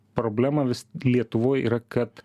problema vis lietuvoj yra kad